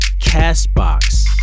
Castbox